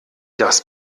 das